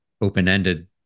open-ended